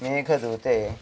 मेघदूते